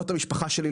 לא את המשפחה שלי,